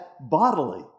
bodily